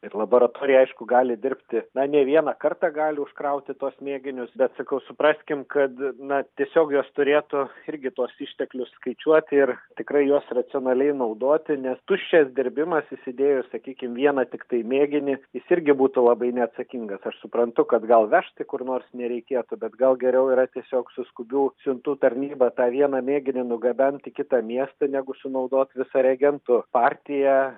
ir laboratorija aišku gali dirbti na ne vieną kartą gali užkrauti tuos mėginius bet sakau supraskim kad na tiesiog jos turėtų irgi tuos išteklius skaičiuoti ir tikrai juos racionaliai naudoti nes tuščias dirbimas įsidėjus sakykim vieną tiktai mėginį jis irgi būtų labai neatsakingas aš suprantu kad gal vežti kur nors nereikėtų bet gal geriau yra tiesiog su skubių siuntų tarnyba tą vieną mėginį nugabent į kitą miestą negu sunaudot visą reagentų partiją